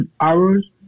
hours